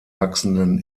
wachsenden